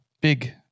big